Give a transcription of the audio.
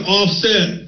offset